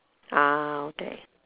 ah okay